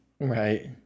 Right